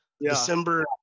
December